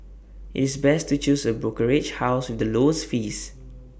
it's best to choose A brokerage house with the lowest fees